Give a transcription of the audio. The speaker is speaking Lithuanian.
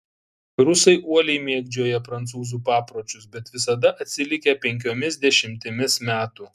rusai uoliai mėgdžioja prancūzų papročius bet visada atsilikę penkiomis dešimtimis metų